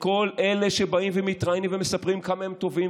כל אלה שבאים ומתראיינים ומספרים כמה הם טובים